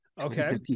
Okay